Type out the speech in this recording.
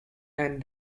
and